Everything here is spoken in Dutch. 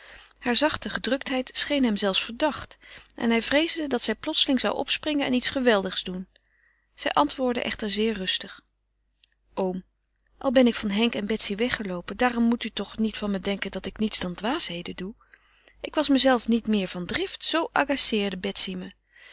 hare zachte gedruktheid scheen hem zelfs verdacht en hij vreesde dat zij plotseling zou opspringen en iets geweldigs doen zij antwoordde echter zeer rustig oom al ben ik van henk en betsy weggeloopen daarom moet u toch niet van me denken dat ik niets dan dwaasheden doe ik was mezelve niet meer van drift zoo agaceerde betsy me